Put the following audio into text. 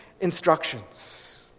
instructions